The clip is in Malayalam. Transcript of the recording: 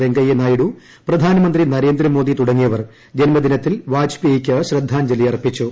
വെങ്കയ്യ നായിഡു പ്രധാനമന്ത്രി നരേട്രി മോദി തുടങ്ങിയവർ ജന്മദിനത്തിൽ വാജ്പേയിയ്ക്ക് ശ്ര്ദ്ധാജ്ഞലി അർപ്പിച്ചു